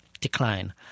decline